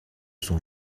son